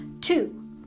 Two